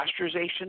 pasteurization